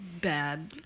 bad